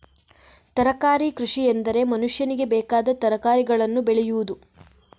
ತರಕಾರಿ ಕೃಷಿಎಂದರೆ ಮನುಷ್ಯನಿಗೆ ಬೇಕಾದ ತರಕಾರಿಗಳನ್ನು ಬೆಳೆಯುವುದು